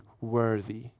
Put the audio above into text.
worthy